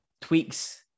tweaks